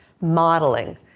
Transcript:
modeling